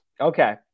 Okay